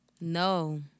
No